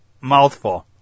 mouthful